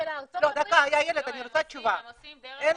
אין בדיקה,